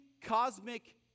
cosmic